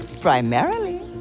Primarily